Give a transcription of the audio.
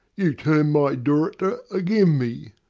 you turned my daughrter again me.